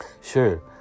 sure